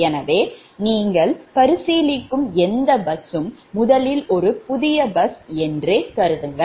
எனவே நீங்கள் பரிசீலிக்கும் எந்த பஸ்ஸும் முதலில் ஒரு புதிய பஸ் ஆகவே இருக்கும்